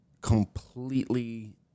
completely